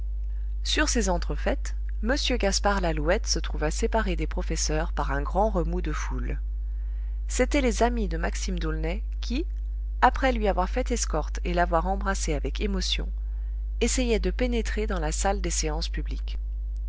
sur ces entrefaites m gaspard lalouette se trouva séparé des professeurs par un grand remous de foule c'étaient les amis de maxime d'aulnay qui après lui avoir fait escorte et l'avoir embrassé avec émotion essayaient de pénétrer dans la salle des séances publiques